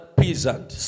peasant